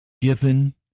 given